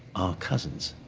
cousins.